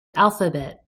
alphabet